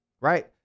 Right